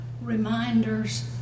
reminders